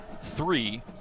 three